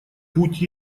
путь